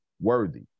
worthy